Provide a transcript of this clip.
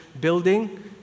building